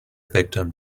victim